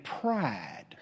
pride